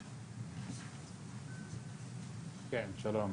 כן, שלום.